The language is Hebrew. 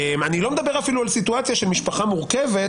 אני לא מדבר אפילו על סיטואציה של משפחה מורכבת,